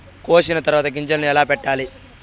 కోసిన తర్వాత గింజలను ఎలా పెట్టాలి